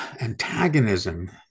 antagonism